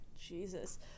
Jesus